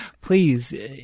Please